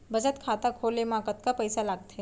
बचत खाता खोले मा कतका पइसा लागथे?